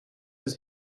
its